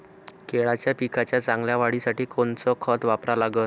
केळाच्या पिकाच्या चांगल्या वाढीसाठी कोनचं खत वापरा लागन?